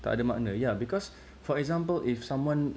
tak ada makna ya because for example if someone